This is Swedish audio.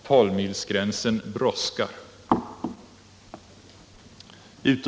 Tolvmilsgränsen brådskar!